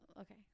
okay